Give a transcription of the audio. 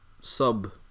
Sub